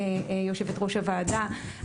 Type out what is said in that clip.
יושבת-ראש הוועדה,